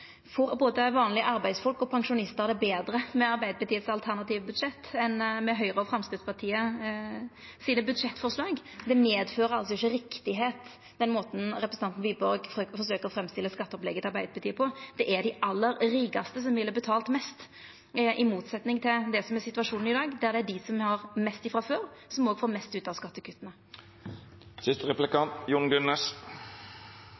pensjonistar det betre med Arbeidarpartiets alternative budsjett enn med Høgre og Framstegspartiets budsjettforslag. Den måten representanten Wiborg forsøkjer å framstilla skatteopplegget til Arbeidarpartiet på, er altså ikkje riktig. Det er dei aller rikaste som ville betalt mest, i motsetning til det som er situasjonen i dag, der dei som har mest ifrå før, også får mest ut av